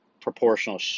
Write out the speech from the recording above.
proportional